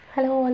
Hello